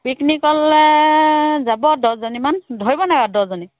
পিকনিকলে যাব দহজনীমান ধৰিব নাই দহজনী